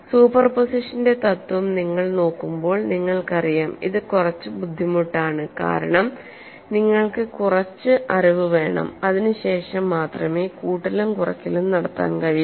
സൂപ്പർപോസിഷന്റെ തത്ത്വം നിങ്ങൾ നോക്കുമ്പോൾ നിങ്ങൾക്കറിയാം ഇത് കുറച്ച് ബുദ്ധിമുട്ടാണ് കാരണം നിങ്ങൾക്ക് കുറച്ച് അറിവു വേണം അതിനുശേഷം മാത്രമേ കൂട്ടലും കുറയ്ക്കലും നടത്താൻ കഴിയൂ